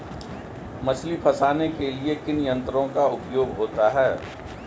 मछली फंसाने के लिए किन यंत्रों का उपयोग होता है?